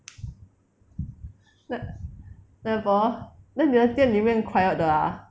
never then 你的店里面 quiet 的 ah